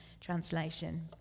translation